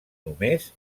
només